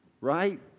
right